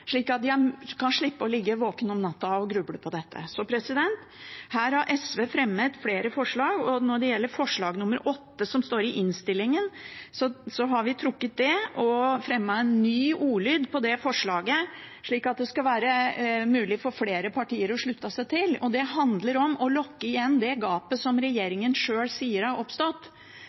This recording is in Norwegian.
slik at en kan slippe å ligge våken om natta og gruble på dette. Her har SV fremmet flere forslag. Når det gjelder forslag nr. 8, som står i innstillingen, har vi trukket det, men vi har endret ordlyden i forslaget, slik at det skal være mulig for flere partier å slutte seg til. Det handler om å lukke igjen det gapet som regjeringen sjøl sier har oppstått,